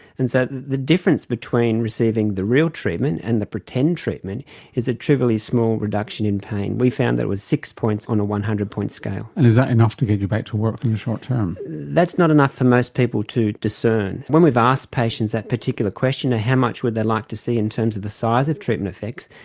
and so the difference between receiving the real treatment and the pretend treatment is a trivially small reduction in pain. we found that it was six points on a one hundred point scale. and is that enough to get you back to work in the short term? that's not enough for most people to discern. when we asked patients that particular question, how much would they like to see in terms of the size of treatment effects,